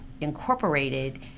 incorporated